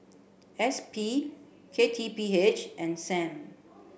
S P K T P H and Sam